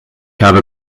habe